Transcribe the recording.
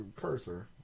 cursor